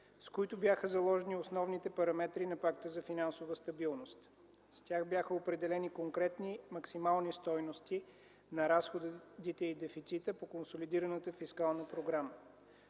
с които бяха заложени основните параметри на Пакта за финансова стабилност. С тях бяха определени конкретни максимални стойности на разходите и дефицита по консолидираната фискална програма.